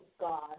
God